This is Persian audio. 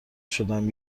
شدم